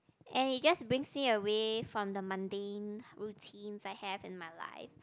eh you just being seen away from the Monday routines I had in my life